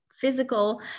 physical